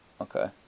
Okay